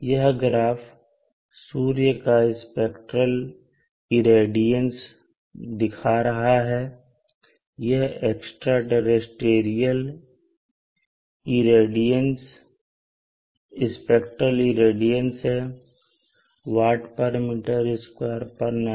यह ग्राफ सूर्य का स्पेक्ट्रल रेडियंस दिखा रहा है यह एक्स्ट्रा टेरेस्टेरियल स्पेक्ट्रल रेडियंस है Wm2nanometer मैं